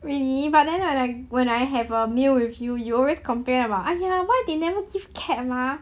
really but then when I when I have a meal with you you always complain about !aiya! why they never give cap ah